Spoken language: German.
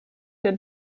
der